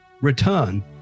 return